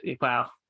Wow